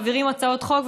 מעבירים הצעות חוק,